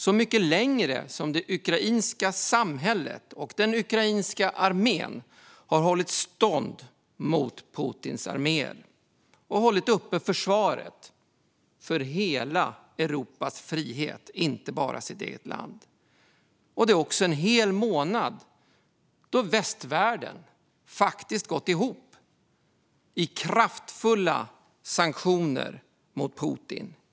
Så mycket längre har det ukrainska samhället och den ukrainska armén hållit stånd mot Putins arméer. Man har hållit uppe försvaret för hela Europas frihet, inte bara för sitt eget land. Det är också en hel månad då västvärlden har gått ihop om kraftfulla sanktioner mot Putin.